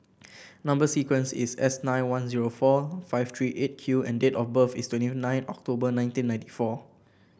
number sequence is S nine one zero four five three Eight Q and date of birth is twenty nine October nineteen ninety four